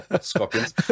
Scorpions